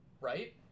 right